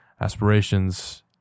aspirations